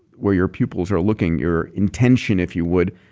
where your pupils are looking, your intention if you would.